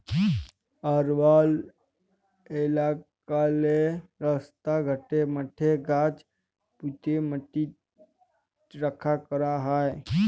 আরবাল ইলাকাললে রাস্তা ঘাটে, মাঠে গাহাচ প্যুঁতে ম্যাটিট রখ্যা ক্যরা হ্যয়